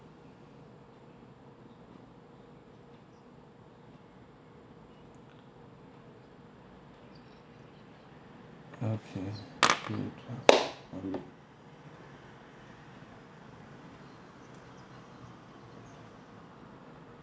okay two three